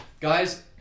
guys